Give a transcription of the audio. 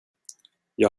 jag